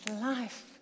life